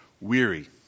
weary